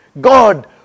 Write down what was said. God